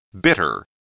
Bitter